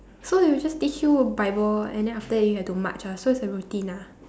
so they will just teach you bible and then after that you have to march ah so it's a routine ah